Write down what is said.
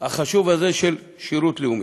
החשוב הזה, של שירות לאומי.